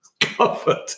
Covered